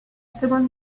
seconde